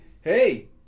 hey